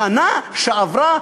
בשנה שעברה,